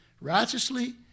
righteously